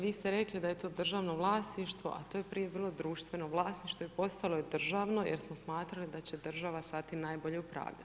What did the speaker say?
Vi ste rekli da je to državno vlasništvo, a to je prije bilo društveno vlasništvo i postalo je državno jer smo smatrali da će država s tim najbolje upravljati.